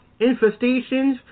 infestations